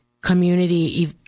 community